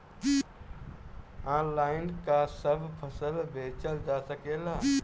Online का सब फसल बेचल जा सकेला?